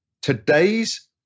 Today's